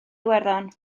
iwerddon